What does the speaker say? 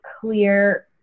clear